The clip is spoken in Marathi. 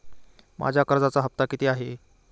माझा कर्जाचा हफ्ता किती आहे?